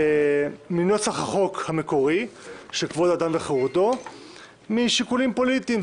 מנוסח החוק המקורי של כבוד האדם וחירותו משיקולים פוליטיים,